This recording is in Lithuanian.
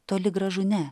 toli gražu ne